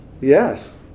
Yes